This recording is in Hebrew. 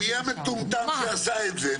-- המטומטם שעשה את זה.